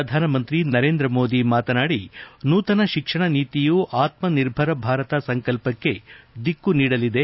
ಪ್ರಧಾನಮಂತ್ರಿ ನರೇಂದ್ರ ಮೋದಿ ಮಾತನಾದಿ ನೂತನ ಶಿಕ್ಷಣ ನೀತಿಯು ಆತ್ಮ ನಿರ್ಭರ ಭಾರತ ಸಂಕಲ್ವಕ್ಕೆ ದಿಕ್ಕು ನೀಡಲಿದೆ